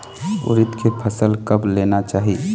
उरीद के फसल कब लेना चाही?